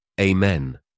Amen